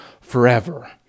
forever